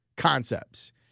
Concepts